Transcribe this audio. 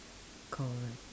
correct